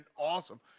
awesome